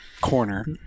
corner